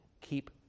Keep